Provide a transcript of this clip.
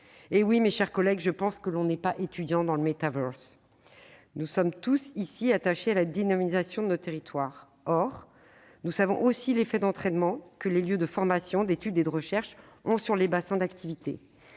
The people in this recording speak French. Eh oui, mes chers collègues, on n'est pas étudiant dans le métavers ! Nous sommes tous ici attachés à la dynamisation de nos territoires. Or nous savons aussi l'effet d'entraînement que les lieux de formation, d'études et de recherche ont sur les bassins d'activité.